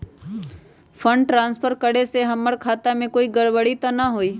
Fund transfer करे से हमर खाता में कोई गड़बड़ी त न होई न?